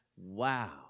wow